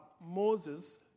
Moses